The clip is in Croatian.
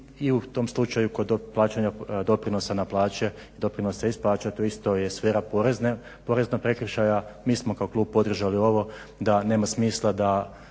I u tom slučaju kod plaćanja doprinosa na plaće i doprinosa iz plaća to je isto sfera poreznog prekršaja. Mi smo kao klub podržali ovo da nema smisla da